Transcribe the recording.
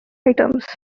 items